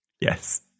yes